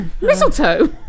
mistletoe